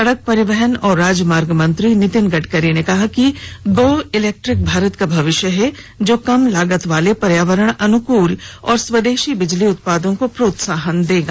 सड़क परिवहन और राजमार्ग मंत्री नितिन गड़करी ने कहा कि गो इलेक्ट्रिक भारत का भविष्य है जो कम लागत वाले पर्यावरण अनुकूल और स्वदेशी बिजली उत्पादों को प्रोत्साहन देगा